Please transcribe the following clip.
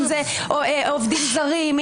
אם זה עובדים זרים.